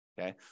okay